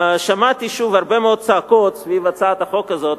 שמעתי הרבה מאוד צעקות סביב הצעת החוק הזאת,